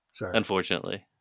unfortunately